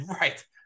right